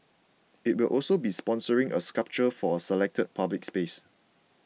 it will also be sponsoring a sculpture for a selected public space